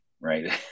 right